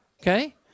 Okay